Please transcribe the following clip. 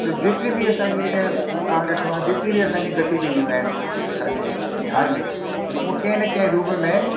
त जेतिरी बि असांजी ईअं तव्हां ॾिठो आहे जेतिरी बि असांजी गतिविधियूं आहिनि असांजे धार्मिक हूअ कंहिं न कंहिं रूप में